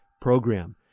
Program